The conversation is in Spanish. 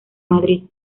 madrid